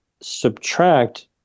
subtract